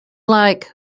like